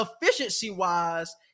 efficiency-wise